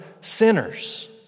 sinners